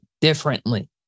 differently